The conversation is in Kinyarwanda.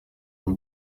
w’u